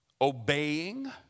obeying